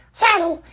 saddle